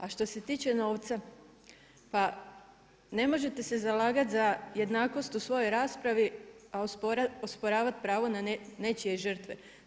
A što se tiče novca, pa ne možete se zalagati za jednakost u svojoj raspravi, a osporavat pravo na nečije žrtve.